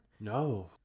no